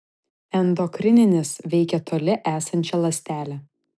endokrininis veikia toli esančią ląstelę